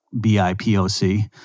B-I-P-O-C